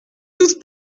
doute